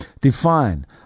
define